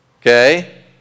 okay